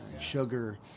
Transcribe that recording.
sugar